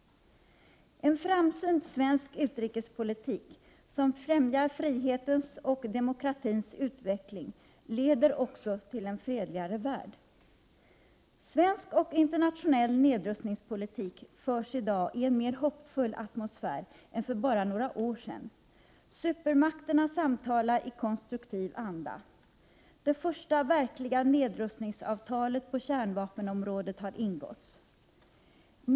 En framsynt svensk utrikespolitik, som främjar frihetens och demokratins utveckling, leder också till en fredligare värld. Svensk och internationell nedrustningspolitik förs i dag i en mer hoppfull atmosfär än för bara några år sedan. Supermakterna samtalar i konstruktiv anda. Det första verkliga nedrustningsavtalet på kärnvapenområdet har ingåtts.